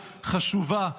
חשובה,